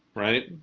right?